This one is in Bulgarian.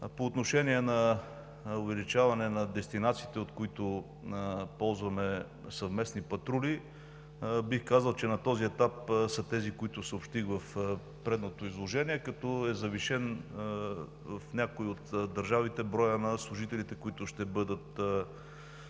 По отношение на увеличаване на дестинациите, от които ползваме съвместни патрули, бих казал, че на този етап са тези, които съобщих в предното изложение, като в някои от държавите е завишен броят на служителите, които ще бъдат командировани,